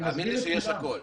תאמין לי שיש הכול.